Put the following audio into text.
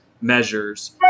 measures